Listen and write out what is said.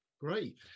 Great